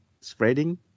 spreading